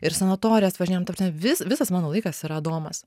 ir į sanatorijas važinėjam ta prasme visas mano laikas yra adomas